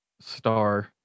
star